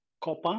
copper